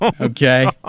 Okay